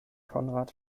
konrad